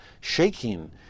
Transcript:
shaking